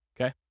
okay